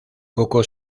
poco